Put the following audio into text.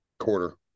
quarter